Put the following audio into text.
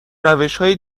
روشهای